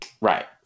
Right